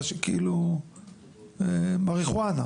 כאילו מריחואנה